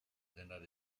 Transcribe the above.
cenar